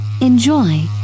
enjoy